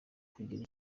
kugira